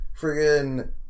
friggin